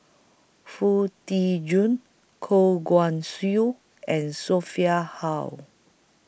Foo Tee Jun Goh Guan Siew and Sophia Hull